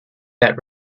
that